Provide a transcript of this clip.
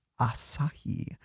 Asahi